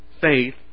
Faith